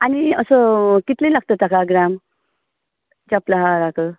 आनी असो कितले लागता ताका ग्राम चपला हाराक